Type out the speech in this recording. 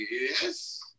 yes